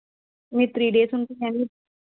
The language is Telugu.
మీరు త్రీ డేస్ ఉంటున్నారుకదా